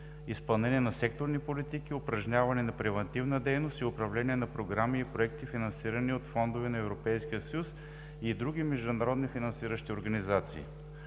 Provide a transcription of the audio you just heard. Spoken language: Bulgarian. изпълнение на секторни политики, упражняване на превантивна дейност и управление на програми и проекти, финансирани от Фондове на Европейския съюз, и други международни финансиращи организации.